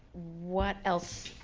what else?